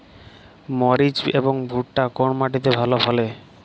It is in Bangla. মরিচ এবং ভুট্টা কোন মাটি তে ভালো ফলে?